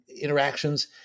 interactions